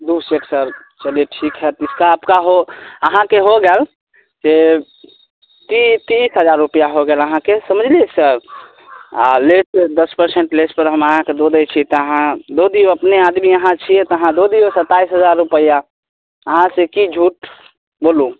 दू set sir चलिए ठीक हय सिक्का आपका हो अहाँके हो गेल से ती तीस हजार रुपआ हो गेल अहाँके समझलियै सर आ लेस दश परसेन्ट लेस पर अहाँके दै छी तऽ अहाँ दऽ दिऔ अपने आदमी अहाँ छियै तऽ अहाँ दऽ दिऔ सताइस हजार रुपैआ अहाँ से की झूठ बोलू